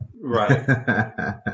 Right